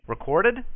Recorded